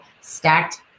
stacked